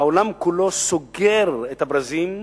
העולם כולו סוגר את הברזים,